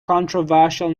controversial